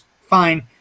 fine